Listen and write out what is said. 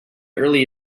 early